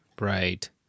Right